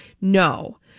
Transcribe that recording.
No